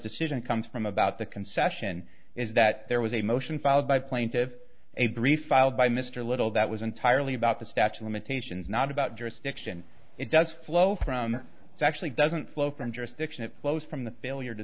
decision comes from about the concession is that there was a motion filed by plaintive a brief filed by mr little that was entirely about the statue limitations not about jurisdiction it does flow from actually doesn't flow from jurisdiction it flows from the failure to